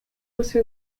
also